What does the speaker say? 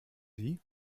sie